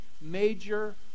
major